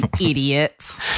Idiots